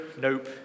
nope